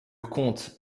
comte